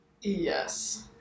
Yes